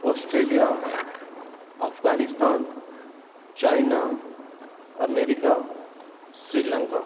Australia Afghanistan China America Sri Lanka